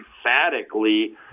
emphatically